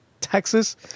Texas